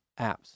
apps